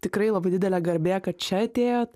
tikrai labai didelė garbė kad čia atėjot